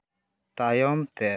ᱛᱟᱭᱚᱢᱛᱮ